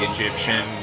Egyptian